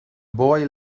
boy